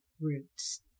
roots